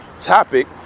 topic